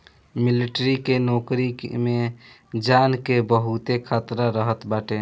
military के नोकरी में जान के बहुते खतरा रहत बाटे